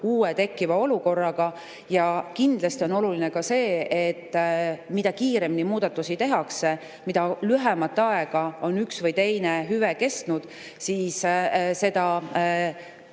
uue tekkiva olukorraga. Kindlasti on oluline ka see, et mida kiiremini muudatusi tehakse, mida lühemat aega on üks või teine hüve kestnud, seda